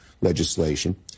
legislation